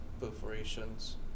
perforations